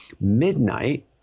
Midnight